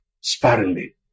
sparingly